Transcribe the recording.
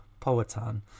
poetan